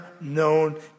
known